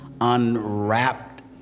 Unwrapped